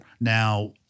now